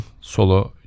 solo